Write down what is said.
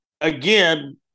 again